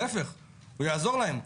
להפך, הוא יעזור להן.